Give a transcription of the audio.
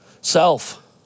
self